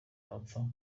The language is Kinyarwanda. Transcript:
bapfa